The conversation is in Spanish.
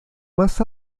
más